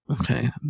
Okay